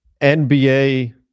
NBA